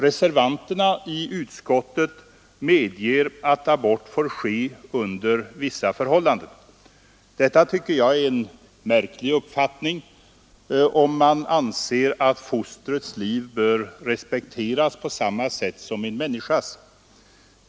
Reservanterna i utskottet medger att abort får ske under vissa förhållanden. Detta tycker jag är en märklig uppfattning om man anser att fostrets liv bör respekteras på samma sätt som en människas.